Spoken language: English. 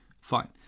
Fine